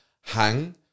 hang